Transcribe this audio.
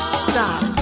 stop